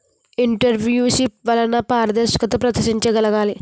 entrepreneurship వలన పారదర్శకత ప్రదర్శించగలగాలి